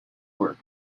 work